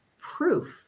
proof